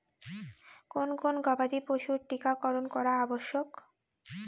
কোন কোন গবাদি পশুর টীকা করন করা আবশ্যক?